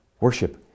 worship